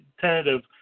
tentative